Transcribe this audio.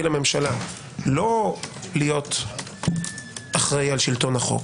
לממשלה לא להיות אחראי על שלטון החוק,